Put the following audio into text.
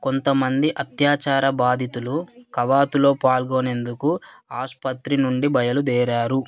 కొంతమంది అత్యాచార బాధితులు కవాతులో పాల్గొనేందుకు ఆసుపత్రి నుండి బయలుదేరారు